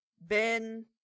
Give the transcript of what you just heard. Ben